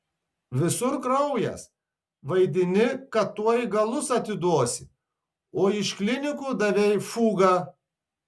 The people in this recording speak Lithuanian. visur kraujas vaidini kad tuoj galus atiduosi o iš klinikų davei fugą